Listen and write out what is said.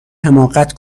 حماقت